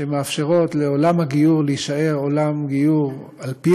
שמאפשרות לעולם הגיור להישאר עולם גיור על פי